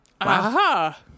aha